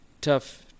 tough